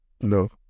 No